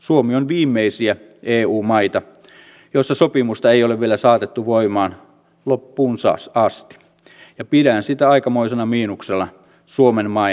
suomi on viimeisiä eu maita joissa sopimusta ei ole vielä saatettu voimaan loppuun asti ja pidän sitä aikamoisena miinuksena suomen maineelle